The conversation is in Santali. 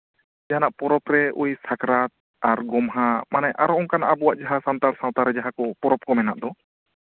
ᱡᱟᱦᱟᱸᱱᱟᱜ ᱯᱚᱨᱚᱵ ᱨᱮ ᱳᱭ ᱥᱟᱠᱨᱟᱛ ᱟᱨ ᱜᱚᱢᱦᱟ ᱢᱟᱱᱮ ᱟᱨᱚ ᱚᱱᱠᱟᱱᱟᱜ ᱟᱵᱚᱣᱟᱜ ᱡᱟᱦᱟᱸ ᱥᱟᱱᱛᱟᱲ ᱥᱟᱶᱛᱟ ᱨᱮ ᱡᱟᱦᱟᱸ ᱯᱚᱨᱚᱵ ᱠᱚ ᱢᱮᱱᱟᱜ ᱫᱚ